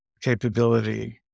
capability